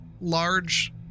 large